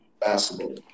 basketball